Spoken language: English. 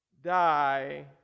die